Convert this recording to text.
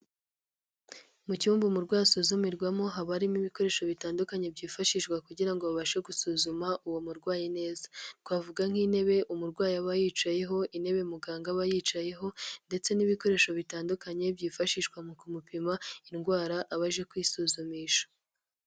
Mu cyumba umurwayi asuzumirwamo, haba harimo ibikoresho bitandukanye byifashishwa kugira ngo babashe gusuzuma uwo murwayi neza, twavuga nk'intebe umurwayi aba yicayeho, intebe muganga aba yicayeho ndetse n'ibikoresho bitandukanye byifashishwa mu kumupima indwara abaje kwisuzumisha.